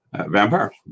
Vampire